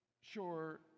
sure